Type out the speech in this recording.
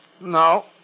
No